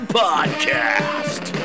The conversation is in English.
podcast